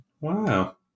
Wow